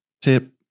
tip